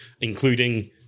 including